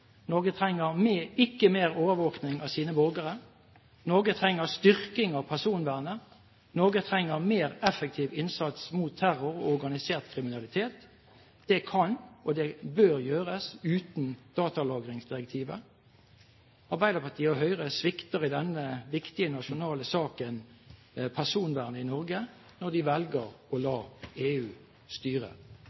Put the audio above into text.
Norge trenger ikke mer overvåkning av sine borgere. Norge trenger styrking av personvernet. Norge trenger mer effektiv innsats mot terror og organisert kriminalitet. Det kan og bør gjøres uten datalagringsdirektivet. Arbeiderpartiet og Høyre svikter i denne viktige nasjonale saken personvernet i Norge når de velger å la EU styre.